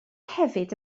hefyd